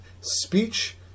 speech